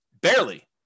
Barely